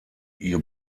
ihr